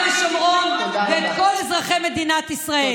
את יהודה ושומרון ואת כל אזרחי מדינת ישראל.